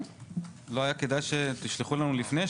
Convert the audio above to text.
לא היה כדאי שתשלחו לנו לפני?